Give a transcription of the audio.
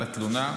על התלונה,